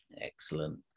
Excellent